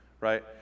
right